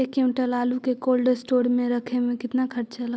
एक क्विंटल आलू के कोल्ड अस्टोर मे रखे मे केतना खरचा लगतइ?